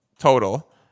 Total